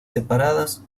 separadas